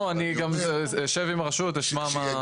לא, אני גם אשב עם הרשות ואשמע.